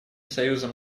союзом